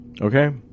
Okay